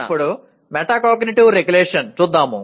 ఇప్పుడు metacognitive regulation చూద్దాము